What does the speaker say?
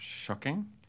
shocking